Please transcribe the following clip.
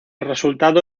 resultado